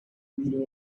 leading